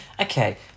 Okay